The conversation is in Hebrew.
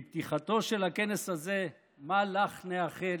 בפתיחתו של הכנס הזה מה לך נאחל?